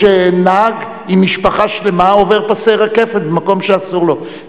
או שנהג עם משפחה שלמה עובר פסי רכבת במקום שאסור לו.